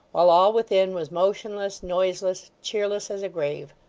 while all within was motionless, noiseless, cheerless, as a grave.